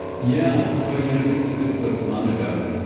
yeah. well, you know this is what's so fun about